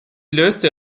löste